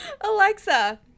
Alexa